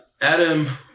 Adam